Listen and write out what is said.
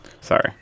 Sorry